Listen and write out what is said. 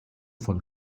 von